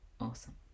awesome